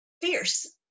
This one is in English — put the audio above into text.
fierce